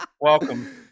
welcome